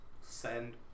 Send